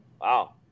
Wow